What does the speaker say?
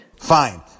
Fine